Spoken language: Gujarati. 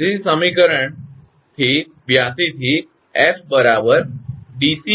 તેથી સમીકરણથી 82 થી 𝐹 𝑑𝑐